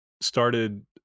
started